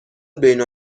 بین